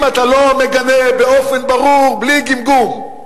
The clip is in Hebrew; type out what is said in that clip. אם אתה לא מגנה באופן ברור, בלי גמגום,